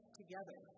together